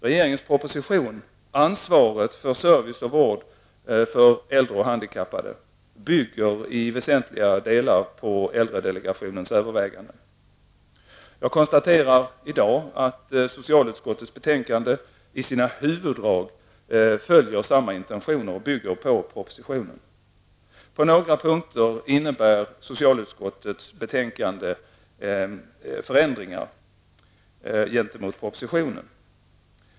Regeringens proposition ''Ansvaret för service och vård för äldre och handikappade'' bygger i väsentliga delar på äldredelegationens överväganden. Jag konstaterar i dag att socialutskottets betänkande i sina huvuddrag följer äldredelegationens intentioner och bygger på propositionen. På några punkter innebär socialutskottets betänkande förändringar gentemot propositionen.